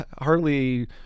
Harley